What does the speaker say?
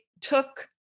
took